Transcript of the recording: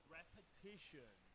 repetition